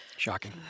shocking